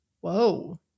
Whoa